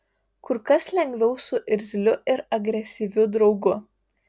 kur kas lengviau su irzliu ir agresyviu draugu